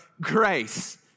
grace